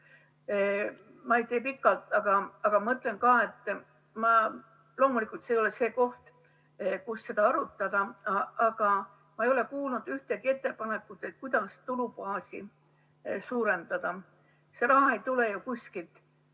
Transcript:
Ma ei tee pikalt. Mõtlen ka, et loomulikult see ei ole see koht, kus seda arutada, aga ma ei ole kuulnud ühtegi ettepanekut, kuidas tulubaasi suurendada. See raha ei tule ju kuskilt